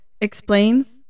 explains